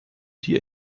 die